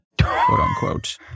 quote-unquote